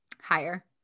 Higher